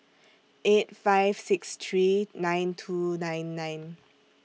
eight five six three nine two nine nine